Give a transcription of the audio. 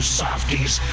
softies